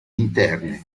interne